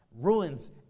Ruins